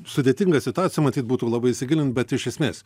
sudėtinga situacija matyt būtų labai įsigilint bet iš esmės